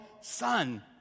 son